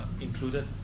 included